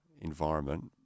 Environment